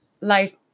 life